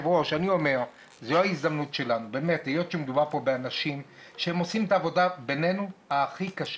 זאת ההזדמנות שלנו היות ומדובר באנשים שעושים את העבודה הכי קשה,